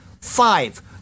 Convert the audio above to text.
Five